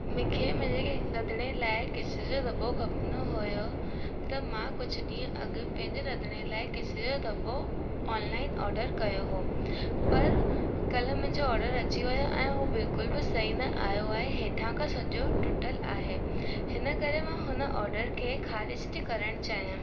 मूंखे मुंहिंजे रंधिणे लाइ किसि जो दॿो खपंदो हुयो त मां कुझु ॾींहं अॻु पंहिंजे रंधिणे लाइ किसि जो दॿो ऑनलाइन ओडर कयो हो पर कल मुंहिंजो ओडर अची वियो ऐं हू बिल्कुलु बि सही न आयो आहे हेठां खां सॼो टुटलु आहे हिन करे मां हुन ऑडर खे ख़ारिज थी करणु चाहियां